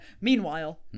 meanwhile